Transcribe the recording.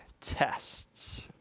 tests